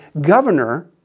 governor